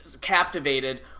captivated